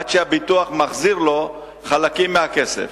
עד שהביטוח מחזיר לו חלקים מהכסף.